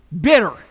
Bitter